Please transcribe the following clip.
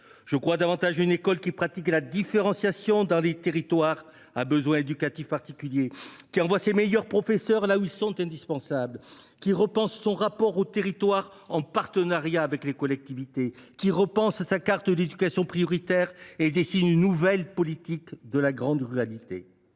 Je crois davantage à une école qui pratique la différenciation dans les territoires aux besoins éducatifs particuliers, qui envoie ses meilleurs professeurs là où ils sont indispensables, qui repense son rapport aux territoires en partenariat avec les collectivités, qui revoit sa carte de l’éducation prioritaire et dessine une nouvelle politique de la grande ruralité.